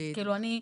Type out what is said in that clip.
אז כאילו אני,